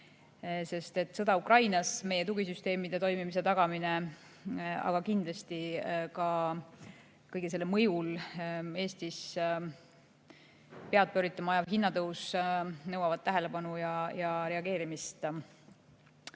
sest sõda Ukrainas, meie tugisüsteemide toimimise tagamine, aga kindlasti ka kõige selle mõjul Eestis pead pööritama ajav hinnatõus nõuavad tähelepanu ja reageerimist. Vastavalt